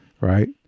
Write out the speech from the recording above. right